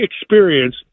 experience